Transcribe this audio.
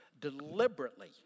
deliberately